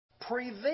prevent